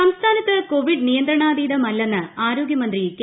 K Shailaja സംസ്ഥാനത്ത് Covid നിയന്ത്രണാതീതമല്ലെന്ന് ആരോഗ്യമന്ത്രി കെ